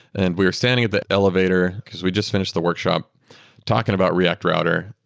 and we were standing at the elevator, because we just finished the workshop talking about react router.